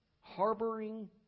harboring